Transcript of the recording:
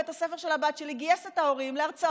בית הספר של הבת שלי גייס את ההורים להרצאות